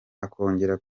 akongera